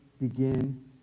begin